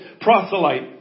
proselyte